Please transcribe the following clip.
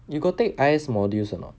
you got take I_C_E modules or not